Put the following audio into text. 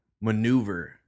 maneuver